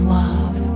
love